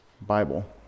Bible